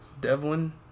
Devlin